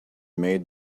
made